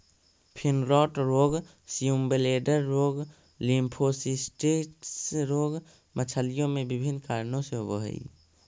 fin rot रोग, swim bladder रोग, lymphocystis रोग मछलियों में विभिन्न कारणों से होवअ हई